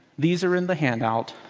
these are in the handout.